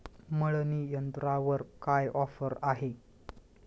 मळणी यंत्रावर काय ऑफर आहे?